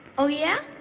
oh, yeah?